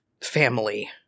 family